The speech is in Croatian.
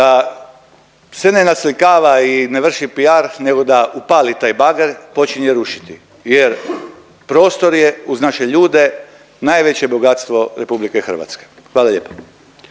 da se ne naslikava i ne vrši PR nego da upali taj bager i počinje rušiti jer prostor je uz naše ljude najveće bogatstvo RH, hvala lijepa.